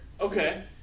Okay